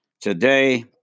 Today